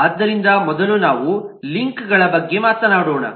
ಆದ್ದರಿಂದ ಮೊದಲು ನಾವು ಲಿಂಕ್ಗಳ ಬಗ್ಗೆ ಮಾತನಾಡೋಣ